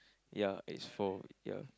ya it's for ya